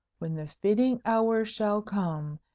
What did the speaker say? when the fitting hour shall come,